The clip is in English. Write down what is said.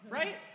right